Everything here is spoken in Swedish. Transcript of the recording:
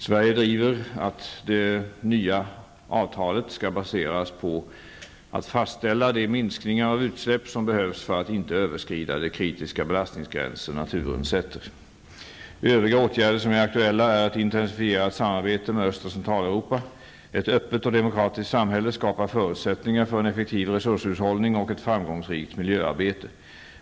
Sverige driver att det nya avtalet skall baseras på ett fastställande av de minskningar av utsläpp som behövs för att inte överskrida de kritiska belastningsgränser naturen sätter. Övriga åtgärder som är aktuella är ett intensifierat samarbete med Öst och Centraleuropa. Ett öppet och demokratiskt samhälle skapar förutsättningar för en effektiv resurshushållning och ett framgångsrikt miljöarbete.